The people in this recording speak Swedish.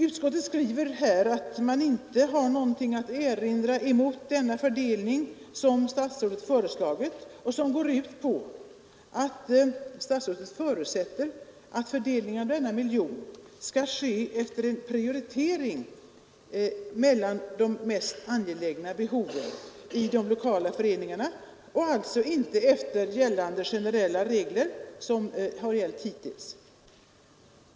Utskottet skriver att man inte har något att erinra mot den fördelning som statsrådet föreslagit och som går ut på att statsrådet förutsätter att fördelningen av denna miljon skall ske efter en prioritering mellan de mest angelägna behoven i de lokala föreningarna och alltså inte enligt de generella regler som har gällt hittills.